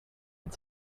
had